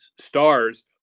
stars